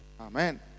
Amen